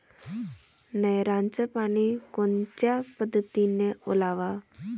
नयराचं पानी कोनच्या पद्धतीनं ओलाव?